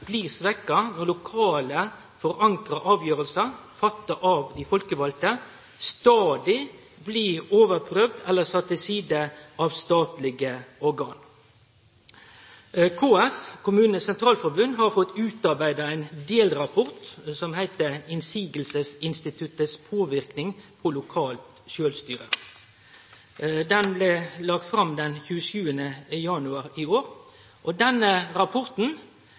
blir svekt når lokalt forankra avgjerder, fatta av dei folkevalde, stadig blir overprøvde eller sette til side av statlege organ. KS har fått utarbeidd ein delrapport som heiter «Innsigelsesinstituttets påvirkning på lokalt selvstyre». Han blei lagd fram den 27. januar i år. Denne rapporten